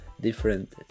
different